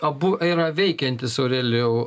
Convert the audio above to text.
abu yra veikiantys aurelijau